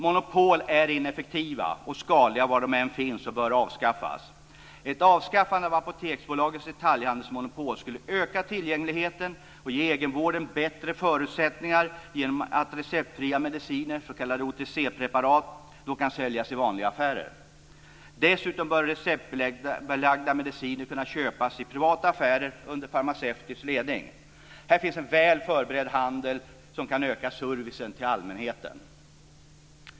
Monopol är ineffektiva och skadliga var de än finns och bör avskaffas. Ett avskaffande av Apoteksbolagets detaljhandelsmonopol skulle öka tillgängligheten och ge egenvården bättre förutsättningar genom att receptfria mediciner, s.k. OTC preparat, då kan säljas i vanliga affärer. Dessutom bör receptbelagda mediciner kunna köpas i privata affärer under farmaceutisk ledning. Här finns en väl förberedd handel som kan öka servicen till allmänheten.